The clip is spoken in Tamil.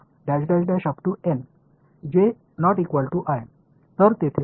N 1 வெளிப்பாடுகள் அந்த பொருளில் உள்ளன ஏனெனில் சரிதானே